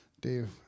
Dave